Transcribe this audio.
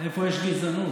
איפה יש גזענות?